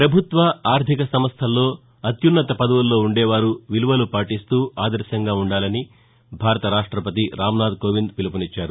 ప్రభుత్వ ఆర్దిక సంస్టల్లో అత్యన్నత పదవుల్లో ఉందే వారు విలువలు పాటిస్తూ ఆదర్లంగా ఉ ండాలని భారత రాష్టపతి రామ్ నాధ్ కోవింద్ సూచించారు